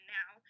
now